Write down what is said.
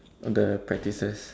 of the practices